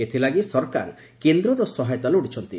ଏଥଲାଗି ସରକାର କେନ୍ଦର ସହାୟତା ଲୋଡ଼ିଛନ୍ତି